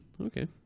Okay